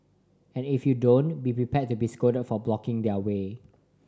and if you don't be prepared to be scolded for blocking their way